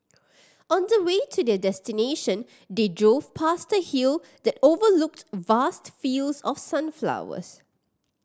on the way to their destination they drove past a hill that overlooked vast fields of sunflowers